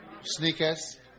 Sneakers